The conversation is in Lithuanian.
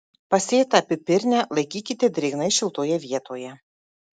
pasėtą pipirnę laikykite drėgnai šiltoje vietoje